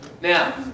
Now